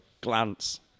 glance